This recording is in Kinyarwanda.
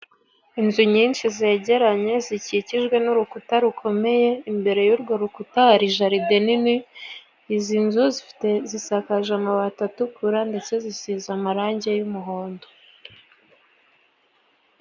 Inzu nyinshi zegeranye, zikikijwe n'urukuta rukomeye. Imbere y'urwo rukuta hari jaride nini. Izi nzu zisakaje amabati atukura, ndetse zisize amarange y'umuhondo.